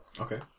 Okay